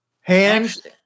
Hands